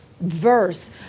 verse